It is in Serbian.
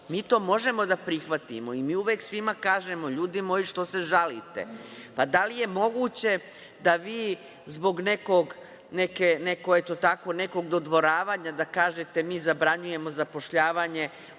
Mi to možemo da prihvatimo i mi uvek svima kažemo – ljudi moji što se žalite. Pa, da li je moguće da vi zbog nekog, eto tako, nekog dodvoravanja, da kažete – mi zabranjujemo zapošljavanje